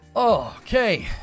okay